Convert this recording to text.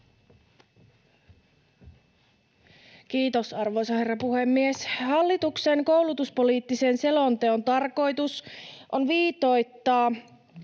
Kiitos, arvoisa herra puhemies! Hallituksen koulutuspoliittisen selonteon tarkoitus on viitoittaa